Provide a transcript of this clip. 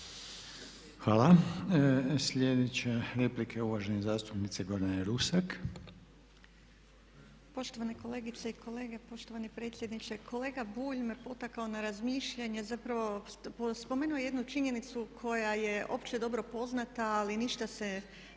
Hvala. Sljedeća replika je uvažene zastupnice Gordane Rusak. **Rusak, Gordana (Nezavisni)** Poštovane kolegice i kolege, poštovani predsjedniče. Kolega Bulj me potakao na razmišljanje, zapravo spomenuo je jednu činjenicu koja je opće dobro poznata ali ništa se